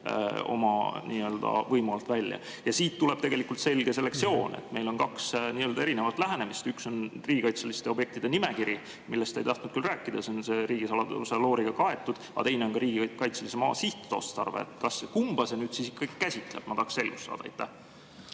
võimu alt välja. Siit tuleb tegelikult selge selektsioon. Meil on kaks erinevat lähenemist. Üks on riigikaitseliste objektide nimekiri, millest te ei tahtnud küll rääkida, see on riigisaladuse looriga kaetud, aga teine on riigikaitselise maa sihtotstarve. Kumba see nüüd siis ikka käsitleb? Ma tahaks selgust saada.